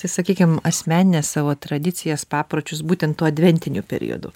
tai sakykim asmenines savo tradicijas papročius būtent tuo adventiniu periodu